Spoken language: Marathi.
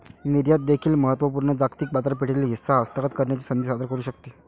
निर्यात देखील महत्त्व पूर्ण जागतिक बाजारपेठेतील हिस्सा हस्तगत करण्याची संधी सादर करू शकते